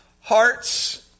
hearts